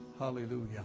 hallelujah